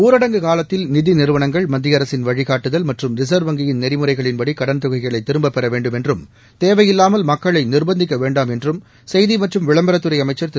ஊரடங்கு காலத்தில் நிதி நிறுவனங்கள் மத்திய அரசின் வழிகாட்டுதல் மற்றும் ரிசா்வ வங்கியின் நெறிமுறைகளின்படி கடன் தொகைகளை திரும்பப்பெற வேண்டுமென்றும் தேவையில்லாமல் மக்களை நிா்பந்திக்க வேண்டாம் என்றும் செய்தி மற்றும் விளம்பரத்துறை அமைச்ச் திரு